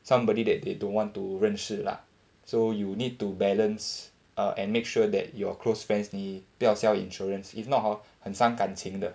somebody that they don't want to 认识 lah so you need to balance err and make sure that your close friends 也不要 sell insurance if not hor 很伤感情的